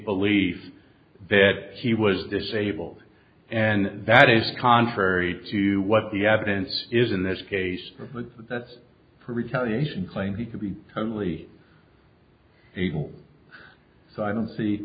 belief that he was disabled and that is contrary to what the evidence is in this case that's for retaliation claim he could be totally illegal so i don't see